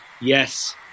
yes